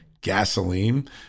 gasoline